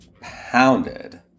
pounded